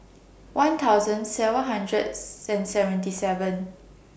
one thousand seven hundred Sin seventy seven